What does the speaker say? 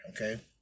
okay